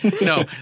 No